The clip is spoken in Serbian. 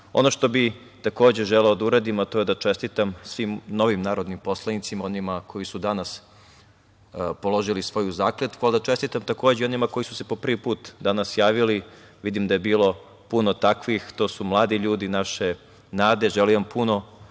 što bih takođe želeo da uradim, a to je da čestitam svim novim narodnim poslanicima, onima koji su danas položili svoju zakletvu i da čestitam takođe onima koji su se prvi put danas javili. Vidim da je bilo puno takvih, to su mladi ljudi, naše nade. Želim vam